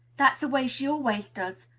that's the way she always does.